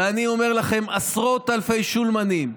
ואני אומר לכם, עשרות אלפי שולמנים,